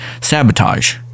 sabotage